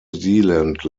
zealand